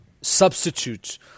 substitute